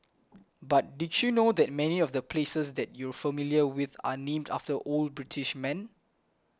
but did you know that many of the places that you're familiar with are named after old British men